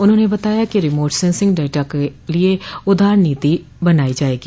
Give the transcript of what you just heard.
उन्होंने बताया कि रिमोटसेसिंग डाटा के लिए उदार नीति बनायी जायेगी